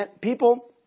people